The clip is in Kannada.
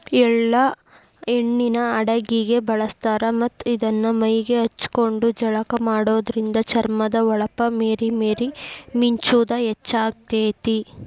ಎಳ್ಳ ಎಣ್ಣಿನ ಅಡಗಿಗೆ ಬಳಸ್ತಾರ ಮತ್ತ್ ಇದನ್ನ ಮೈಗೆ ಹಚ್ಕೊಂಡು ಜಳಕ ಮಾಡೋದ್ರಿಂದ ಚರ್ಮದ ಹೊಳಪ ಮೇರಿ ಮೇರಿ ಮಿಂಚುದ ಹೆಚ್ಚಾಗ್ತೇತಿ